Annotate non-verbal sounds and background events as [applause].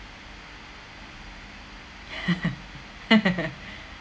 [laughs]